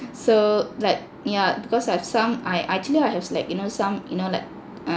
so like yeah because I have some I I actually I have like you know some you know like